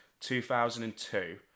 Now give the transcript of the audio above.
2002